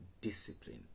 discipline